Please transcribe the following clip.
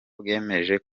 bwemeje